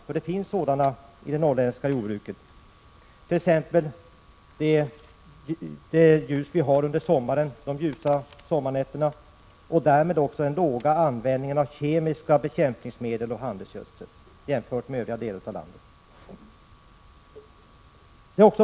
Det finns nämligen sådana i det norrländska jordbruket, t.ex. ljuset under de ljusa sommarnätterna. Dessutom använder man litet kemiska bekämpningsmedel och handelsgödsel jämfört med övriga delar av landet.